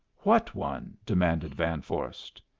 what one? demanded van vorst.